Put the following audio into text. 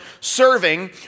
serving